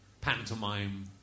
pantomime